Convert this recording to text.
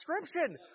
description